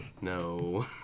No